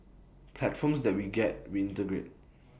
platforms that we get we integrate